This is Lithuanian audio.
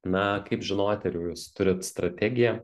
na kaip žinoti ar jau jūs turit strategiją